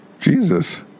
Jesus